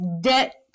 debt